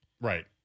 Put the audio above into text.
Right